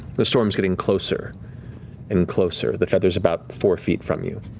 the storm's getting closer and closer. the feather's about four feet from you,